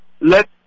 let